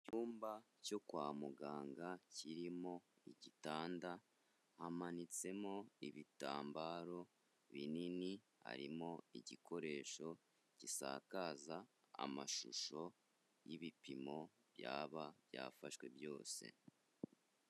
Icyumba cyo kwa muganga kirimo igitanda, hamanitsemo ibitambaro binini, harimo igikoresho gisakaza amashusho y'ibipimo byaba byafashwe byose.